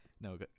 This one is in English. No